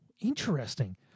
interesting